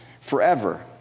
forever